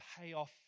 payoff